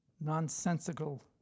nonsensical